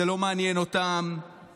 זה לא מעניין אותם,